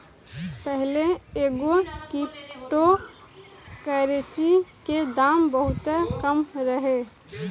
पाहिले एगो crypto currency के दाम बहुते कम रहे